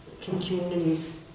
communities